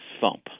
thump